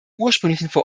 ursprünglichen